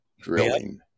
drilling